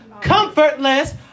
comfortless